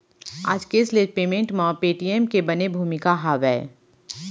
आज cashless payment म Paytm के बने भूमिका हावय